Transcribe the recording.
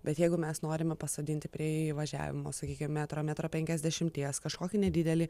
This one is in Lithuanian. bet jeigu mes norime pasodinti prie įvažiavimo sakykim metro metro penkiasdešimties kažkokį nedidelį